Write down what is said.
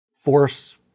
force